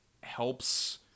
helps